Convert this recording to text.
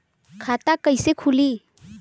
खाता कइसे खुली?